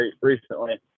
recently